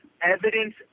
evidence